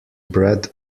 bread